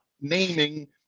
naming